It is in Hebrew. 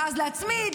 ואז להצמיד,